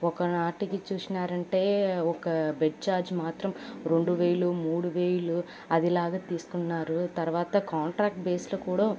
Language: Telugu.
ఒకనాటికి చూశారంటే ఒక బెడ్ ఛార్జ్ మాత్రం రెండు వేలు మూడు వేలు అదిలాగా తీస్కుంటున్నారు తర్వాత కాంట్రాక్ట్ బేస్లో కూడా